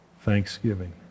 Thanksgiving